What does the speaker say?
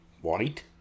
White